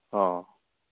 অঁ